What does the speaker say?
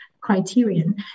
criterion